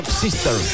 Sisters